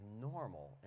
normal